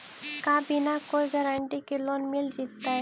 का बिना कोई गारंटी के लोन मिल जीईतै?